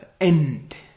end